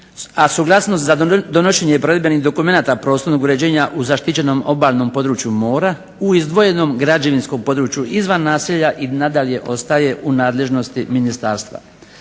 a suglasnost za donošenje provedbenih dokumenata prostornog uređenja u zaštićenom obalnom području mora u izdvojenom građevinskom području izvan naselja i nadalje ostaje u nadležnosti ministarstva.